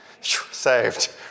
Saved